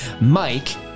Mike